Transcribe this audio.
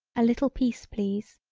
a little piece please.